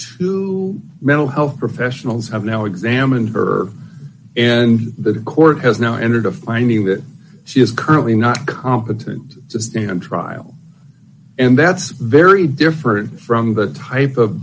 two mental health professionals have now examined her and the court has now entered a finding that she is currently not competent to stand trial and that's very different from the type of